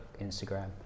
Instagram